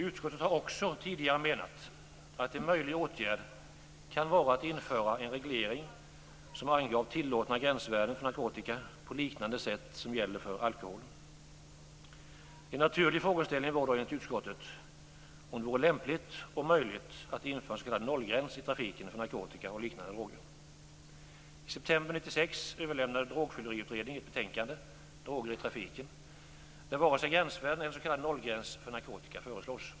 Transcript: Utskottet har också tidigare menat att en möjlig åtgärd kan vara att införa en reglering som anger tillåtna gränsvärden för narkotika på liknande sätt som för alkohol. En naturlig frågeställning var då enligt utskottet om det vore lämpligt och möjligt att införa s.k. nollgräns för narkotika och liknande droger i trafiken. I september 1996 överlämnade Drogfylleriutredningen ett betänkande, Droger i trafiken, där vare sig gränsvärden eller s.k. nollgräns för narkotika föreslogs.